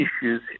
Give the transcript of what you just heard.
issues